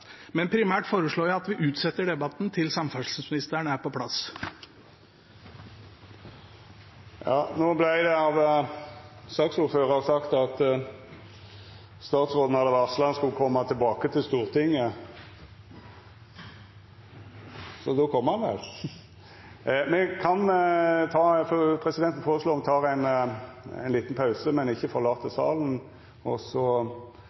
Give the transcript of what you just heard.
Men primært foreslår jeg at vi utsetter debatten til samferdselsministeren er på plass. No har den fungerande saksordføraren sagt at statsråden har varsla at han skal koma til Stortinget – så då kjem han vel. Presidenten føreslår at me tek ein liten pause, men ikkje forlèt salen, og så